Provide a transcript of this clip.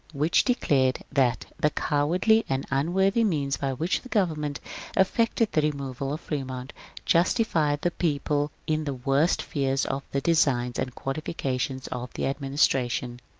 which declared that the cowardly and unworthy means by which the government effected the removal of fremont justifies the people in the worst fears of the designs and qualifications of the administration.